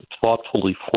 thoughtfully